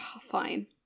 Fine